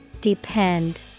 Depend